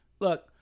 look